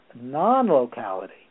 non-locality